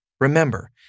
Remember